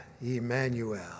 Emmanuel